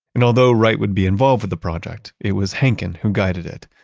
and although wright would be involved with the project, it was henken who guided it,